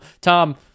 Tom